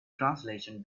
translation